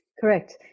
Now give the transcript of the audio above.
Correct